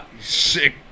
Sick